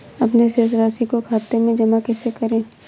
अपने शेष राशि को खाते में जमा कैसे करें?